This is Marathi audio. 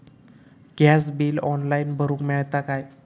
गॅस बिल ऑनलाइन भरुक मिळता काय?